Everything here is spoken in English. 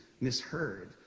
misheard